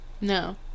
no